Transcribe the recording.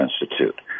Institute